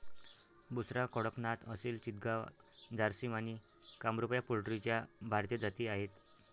बुसरा, कडकनाथ, असिल चितगाव, झारसिम आणि कामरूपा या पोल्ट्रीच्या भारतीय जाती आहेत